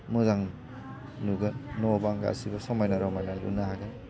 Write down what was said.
मोजां नुगोन न' बां गासैबो समायना रमायना लुनो हागोन